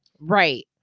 Right